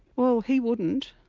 well he wouldn't,